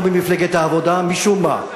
אנחנו, במפלגת העבודה, משום מה,